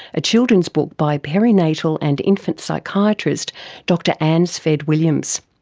a children's book by perinatal and infant psychiatrist dr anne sved williams.